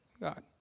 God